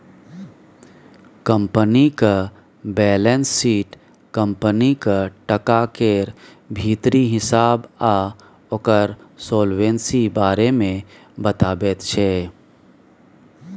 कंपनीक balance sheet कंपनीक टका केर भीतरी हिसाब आ ओकर सोलवेंसी बारे मे बताबैत छै